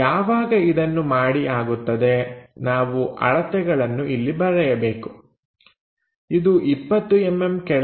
ಯಾವಾಗ ಇದನ್ನು ಮಾಡಿ ಆಗುತ್ತದೆ ನಾವು ಅಳತೆಗಳನ್ನು ಇಲ್ಲಿ ಬರೆಯಬೇಕು ಇದು 20mm ಕೆಳಗೆ ಮತ್ತು ಇದು 30mm